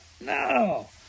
No